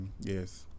Yes